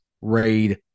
raid